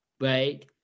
Right